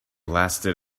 lasted